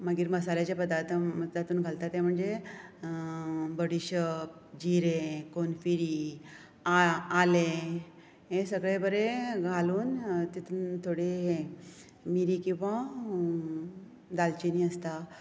मागीर मसाल्याचे पदार्थ तातून घालता ते म्हणजे बडीशप जिरें कोणफिरी आला आलें हें सगळें बरें घालून तितून थोडें हें मिरीं किंवा दालचिनी आसता